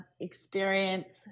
experience